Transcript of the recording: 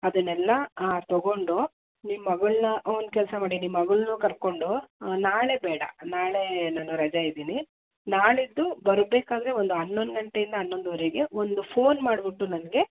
ಅದನ್ನೆಲ್ಲ ತೊಗೊಂಡು ನಿಮ್ಮ ಮಗಳನ್ನ ಒಂದು ಕೆಲ್ಸ ಮಾಡಿ ನಿಮ್ಮ ಮಗಳ್ನು ಕರ್ಕೊಂಡು ನಾಳೆ ಬೇಡ ನಾಳೆ ನಾನು ರಜೆ ಇದ್ದೀನಿ ನಾಡಿದ್ದು ಬರಬೇಕಾದ್ರೆ ಒಂದು ಹನ್ನೊಂದು ಗಂಟೆಯಿಂದ ಹನ್ನೊಂದೂವರೆಗೆ ಒಂದು ಫೋನ್ ಮಾಡ್ಬಿಟ್ಟು ನನಗೆ